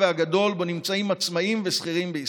והגדול שבו נמצאים עצמאים ושכירים בישראל.